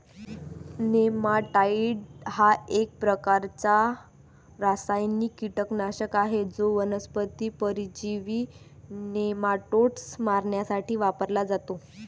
नेमॅटाइड हा एक प्रकारचा रासायनिक कीटकनाशक आहे जो वनस्पती परजीवी नेमाटोड्स मारण्यासाठी वापरला जातो